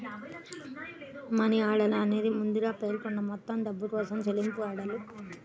money order అనేది ముందుగా పేర్కొన్న మొత్తం డబ్బు కోసం చెల్లింపు ఆర్డర్